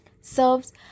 serves